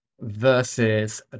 versus